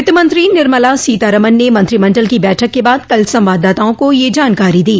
वित्त मंत्री निर्मला सीतारामन ने मंत्रिमंडल की बैठक के बाद कल संवाददाताओं को यह जानकारी दी